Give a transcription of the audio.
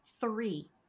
three